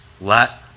let